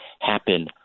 happen